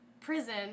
Prison